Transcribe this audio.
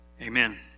Amen